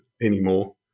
anymore